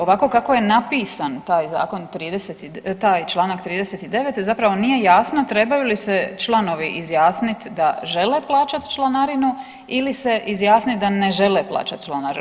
Ovako kako je napisan taj zakon 30 i, taj članak 39, zapravo nije jasno trebaju li se članovi izjasniti da žele plaćati članarinu ili se izjasniti da ne žele plaćati članarinu.